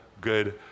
good